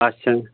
اَچھن